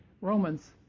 Romans